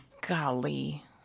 Golly